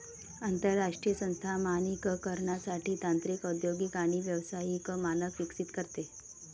आंतरराष्ट्रीय संस्था मानकीकरणासाठी तांत्रिक औद्योगिक आणि व्यावसायिक मानक विकसित करते